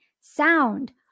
sound